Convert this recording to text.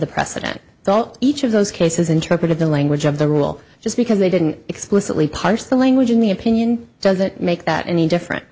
gault each of those cases interpreted the language of the rule just because they didn't explicitly parse the language in the opinion doesn't make that any different